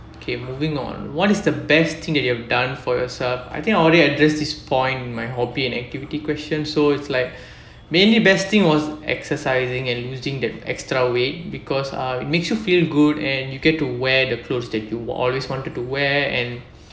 okay moving on what is the best thing that you have done for yourself I think already addressed this point in my hobby and activity question so it's like mainly best thing was exercising and losing that extra weight because uh it makes you feel good and you get to wear the clothes that you always wanted to wear and